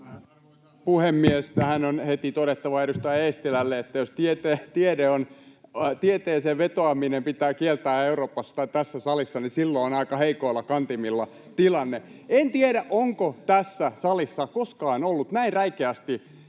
puhemies! Tähän on heti todettava edustaja Eestilälle, että jos tieteeseen vetoaminen pitää kieltää Euroopassa tai tässä salissa, niin silloin on aika heikoilla kantimilla tilanne. En tiedä, onko tässä salissa koskaan ollut näin räikeästi